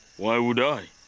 why would i?